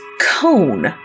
cone